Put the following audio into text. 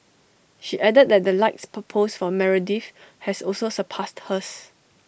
she added that the likes per post for Meredith has also surpassed hers